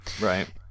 Right